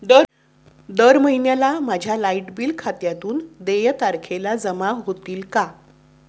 दर महिन्याला माझ्या लाइट बिल खात्यातून देय तारखेला जमा होतील का?